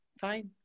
fine